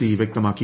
E വ്യക്തമാക്കി